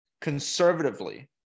conservatively